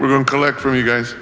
we're going to collect from you guys